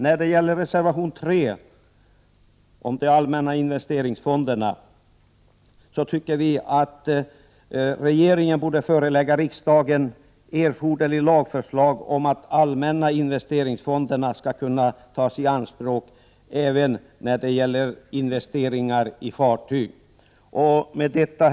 När det gäller reservation 3 om de allmänna investeringsfonderna anser vi att regeringen borde förelägga riksdagen erforderligt lagförslag om att de allmänna investeringsfonderna skall kunna tas i anspråk även när det gäller investeringar i fartyg. Herr talman!